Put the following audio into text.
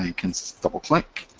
ah can double click,